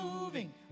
moving